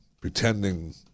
pretending